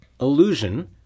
illusion –